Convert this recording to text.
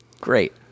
great